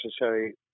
necessary